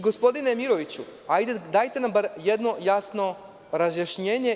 Gospodine Miroviću, dajte nam bar jedno jasno razjašnjenje.